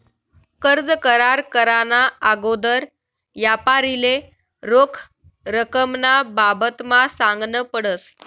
कर्ज करार कराना आगोदर यापारीले रोख रकमना बाबतमा सांगनं पडस